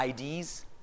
IDs